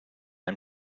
and